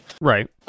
Right